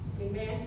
Amen